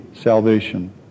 salvation